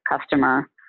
customer